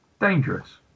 dangerous